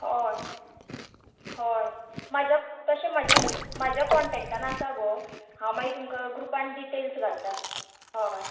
हय हय म्हाज्या तशे म्हाज्या कॉंटॅक्टान आसा गो हांव मागीर तुमका ग्रुपान डिटेलस घालता हय